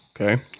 Okay